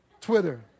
Twitter